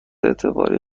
اعتباری